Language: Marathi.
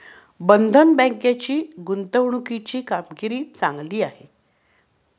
बंधन बँकेची गुंतवणुकीची कामगिरी चांगली आहे